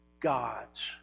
God's